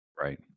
Right